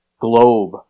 globe